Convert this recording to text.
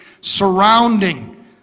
surrounding